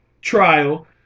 trial